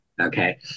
okay